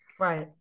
Right